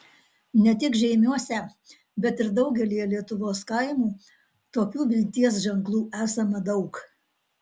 ne tik žeimiuose bet ir daugelyje lietuvos kaimų tokių vilties ženklų esama daug